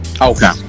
Okay